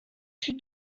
sud